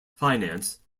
finance